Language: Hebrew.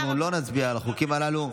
אז בהסכמה אנחנו לא נצביע על החוקים הללו.